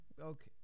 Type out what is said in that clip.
Okay